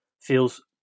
feels